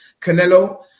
Canelo